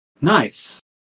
nice